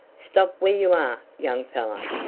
stop where you are, young fellow,